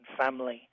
family